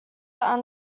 are